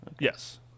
Yes